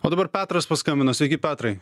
o dabar petras paskambino sveiki petrai